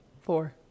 Four